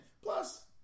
Plus